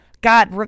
God